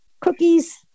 cookies